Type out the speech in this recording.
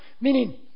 Meaning